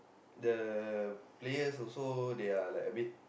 the players also they are like a bit